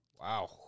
Wow